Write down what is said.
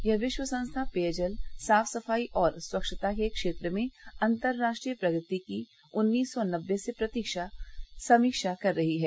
यह विश्व संस्था पेयजल साफ सफाई और स्वच्छता के क्षेत्र में अंतर्राष्ट्रीय प्रगति की उन्नीस सी नबे से समीक्षा कर रही है